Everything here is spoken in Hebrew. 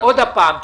אבי שרקה.